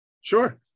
Sure